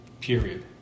period